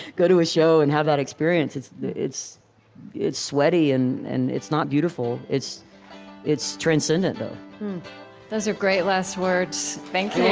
go to a show and have that experience. it's it's sweaty, and and it's not beautiful. it's it's transcendent, though those are great last words. thank yeah